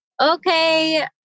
okay